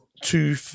two